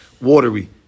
watery